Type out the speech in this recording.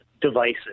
devices